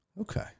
Okay